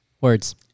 words